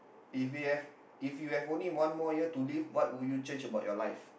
if you have if you have only one more year to live what would you change about your life